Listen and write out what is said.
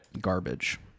Garbage